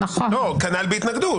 כנ"ל בהתנגדות.